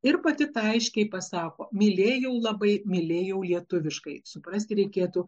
ir pati tą aiškiai pasako mylėjau labai mylėjau lietuviškai suprasti reikėtų